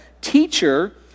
teacher